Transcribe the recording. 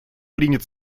принят